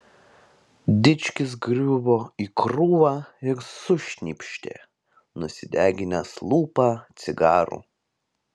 dičkis griuvo į krūvą ir sušnypštė nusideginęs lūpą cigaru